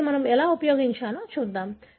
దీనిని మనం ఎలా ఉపయోగించాలో చూద్దాం